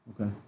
Okay